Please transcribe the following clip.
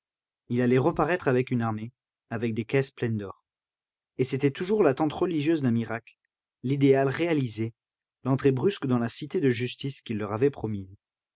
il allait reparaître avec une armée avec des caisses pleines d'or et c'était toujours l'attente religieuse d'un miracle l'idéal réalisé l'entrée brusque dans la cité de justice qu'il leur avait promise